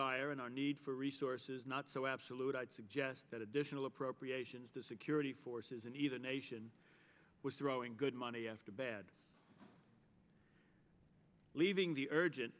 our need for resources not so absolute i'd suggest that additional appropriations to security forces and even nation was throwing good money after bad leaving the urgent